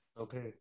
Okay